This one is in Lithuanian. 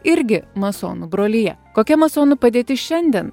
irgi masonų brolija kokia masonų padėtis šiandien